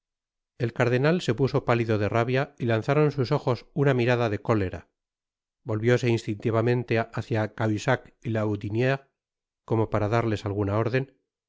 el cardenal se puso pálido de rabia y lanzaron sus ojos nna mirada de fiera volvióse instintivamente hácia cahusac y lahoudiniere como para darles alguna orden